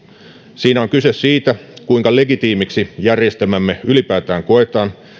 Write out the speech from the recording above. siinä on kyse siitä kuinka legitiimiksi järjestelmämme ylipäätään koetaan